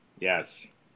Yes